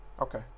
Okay